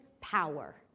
power